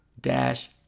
dash